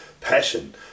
passion